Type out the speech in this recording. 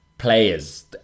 Players